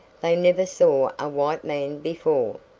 they never saw a white man before.